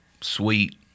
Sweet